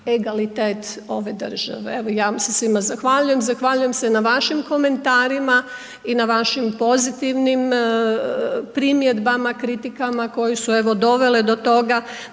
egalitet ove države. Evo ja vam se svima zahvaljujem, zahvaljujem se na vašim komentarima i na vašim pozitivnim primjedbama, kritikama koje su evo dovele do toga